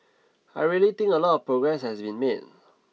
I really think a lot of progress has been made